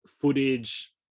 footage